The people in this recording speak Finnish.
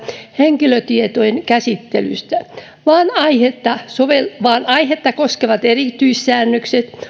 henkilötietojen käsittelystä vaan aihetta koskevat erityissäännökset